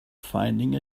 finding